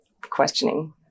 questioning